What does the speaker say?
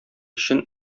өчен